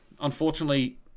unfortunately